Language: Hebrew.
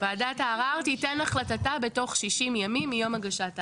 וועדת הערר תיתן את החלטתה בתוך שישים ימים מיום הגשת הערר.